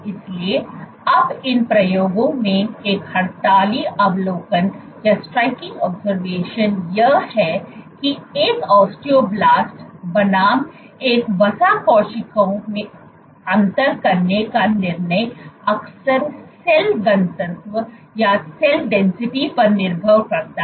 इसलिए अब इन प्रयोगों में एक हड़ताली अवलोकन यह है कि एक ऑस्टियोब्लास्ट बनाम एक वसा कोशिका में अंतर करने का निर्णय अक्सर सेल घनत्व पर निर्भर करता है